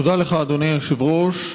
תודה לך, אדוני היושב-ראש.